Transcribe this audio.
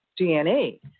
DNA